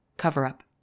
Cover-up